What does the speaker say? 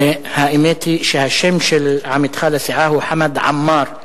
האמת היא שהשם של עמיתך לסיעה הוא חמד עמאר,